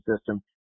system